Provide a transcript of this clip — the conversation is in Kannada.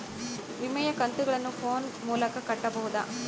ವಿಮೆಯ ಕಂತುಗಳನ್ನ ಫೋನ್ ಮೂಲಕ ಕಟ್ಟಬಹುದಾ?